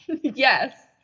yes